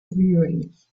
viewings